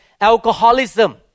Alcoholism